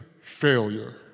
failure